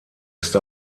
ist